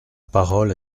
parole